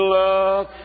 love